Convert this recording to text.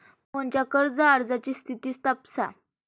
मोहनच्या कर्ज अर्जाची स्थिती तपासा